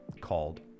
called